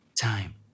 time